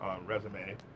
resume